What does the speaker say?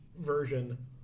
Version